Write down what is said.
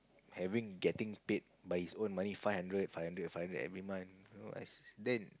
having getting paid by his own money five hundred five hundred five hundred every month you know then